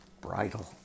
bridle